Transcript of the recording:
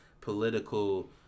political